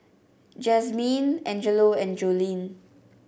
Jazmyne Angelo and Joleen